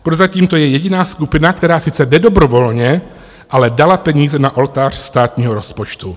Prozatím je to jediná skupina, která sice nedobrovolně, ale dala peníze na oltář státnímu rozpočtu.